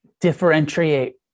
differentiate